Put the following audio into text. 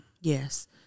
Yes